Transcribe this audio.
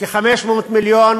כ-500 מיליון